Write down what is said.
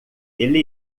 ele